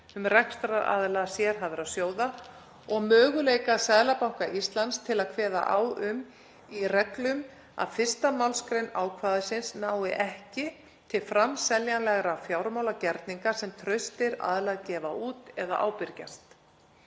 um rekstraraðila sérhæfðra sjóða og möguleika Seðlabanka Íslands til að kveða á um í reglum að 1. mgr. ákvæðisins nái ekki til framseljanlegra fjármálagerninga sem traustir aðilar gefa út eða ábyrgjast.